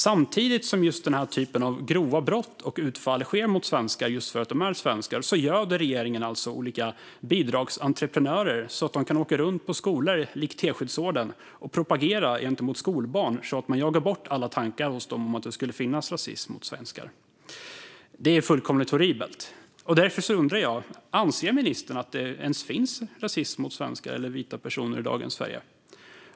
Samtidigt som just denna typ av grova brott och utfall sker mot svenskar just för att de är svenskar göder regeringen alltså olika bidragsentreprenörer, så att de kan åka runt till skolor likt Teskedsorden och propagera gentemot skolbarn så att man jagar bort alla tankar hos dem om att det skulle finnas rasism mot svenskar. Det är fullkomligt horribelt. Därför undrar jag: Anser ministern att det ens finns rasism mot svenskar, eller mot vita personer, i dagens Sverige?